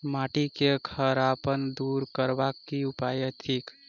माटि केँ खड़ापन दूर करबाक की उपाय थिक?